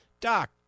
Doc